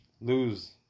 lose